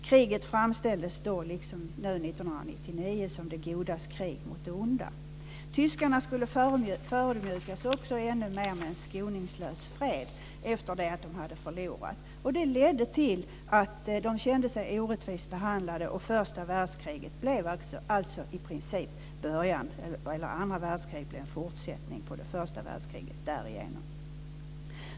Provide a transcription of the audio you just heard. Kriget framställdes då liksom nu 1999 som det godas krig mot det onda. Tyskarna skulle förödmjukas, dessutom desto mer med en skoningslös fred efter det att de hade förlorat. Det ledde till att de kände sig orättvist behandlade. Andra världskriget blev därigenom i princip en fortsättning på det första världskriget.